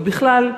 ובכלל,